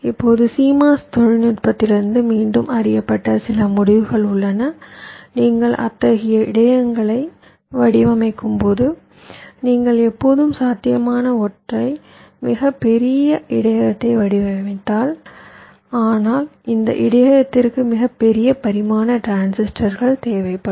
இப்போது CMOS தொழில்நுட்பத்திலிருந்து மீண்டும் அறியப்பட்ட சில முடிவுகள் உள்ளன நீங்கள் அத்தகைய இடையகங்களை வடிவமைக்கும்போது நீங்கள் எப்போதும் சாத்தியமான ஒற்றை மிகப் பெரிய இடையகத்தை வடிவமைத்தால் ஆனால் அந்த இடையகத்திற்கு மிகப் பெரிய பரிமாண டிரான்சிஸ்டர்கள் தேவைப்படும்